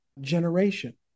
generation